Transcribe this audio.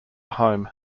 home